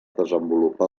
desenvolupà